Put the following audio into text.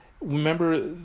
Remember